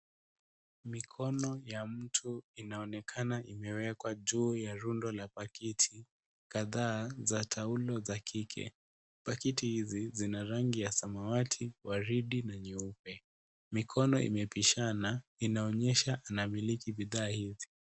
Mikono ya mtu inaonekana imewekwa juu ya rundo la pakiti kadhaa za taulo za kike. Pakiti hizi zina rangi ya samawati, waridi na nyeupe. Mikono imepishana inaonyesha anamiliki bidhaa hizi.